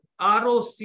roc